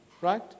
right